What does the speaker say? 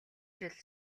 жил